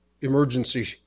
emergency